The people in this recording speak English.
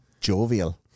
Jovial